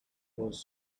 was